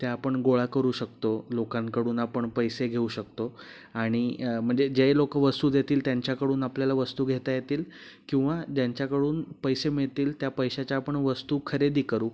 त्या आपण गोळा करू शकतो लोकांकडून आपण पैसे घेऊ शकतो आणि म्हणजे जे लोक वस्तू देतील त्यांच्याकडून आपल्याला वस्तू घेता येतील किंवा ज्यांच्याकडून पैसे मिळतील त्या पैशाच्या आपण वस्तू खरेदी करू